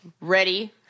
Ready